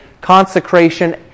consecration